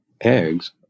eggs